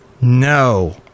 No